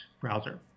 browser